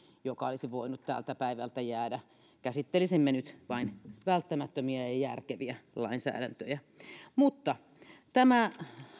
joka olisi voinut tältä päivältä jäädä niin että käsittelisimme nyt vain välttämättömiä ja järkeviä lainsäädäntöjä tämä